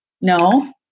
No